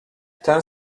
ten